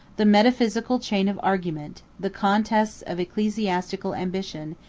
the metaphysical chain of argument, the contests of ecclesiastical ambition,